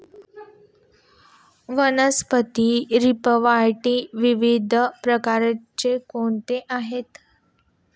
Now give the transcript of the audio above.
वनस्पती रोपवाटिकेचे विविध प्रकार कोणते आहेत?